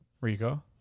Rico